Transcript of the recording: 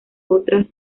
otras